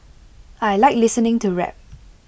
I Like listening to rap